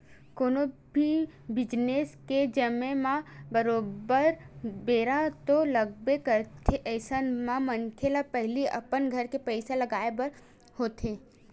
कोनो भी बिजनेस के जमें म बरोबर बेरा तो लगबे करथे अइसन म मनखे ल पहिली अपन घर के पइसा लगाय बर होथे